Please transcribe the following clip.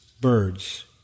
birds